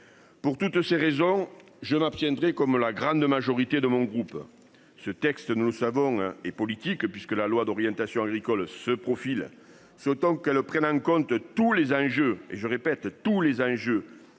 Pour toutes ces raisons je m'abstiendrai comme la grande majorité de mon groupe. Ce texte, nous le savons et politique puisque la loi d'orientation agricole se profile, c'est autant qu'elle prenne en compte tous les enjeux et je répète tous les enjeux.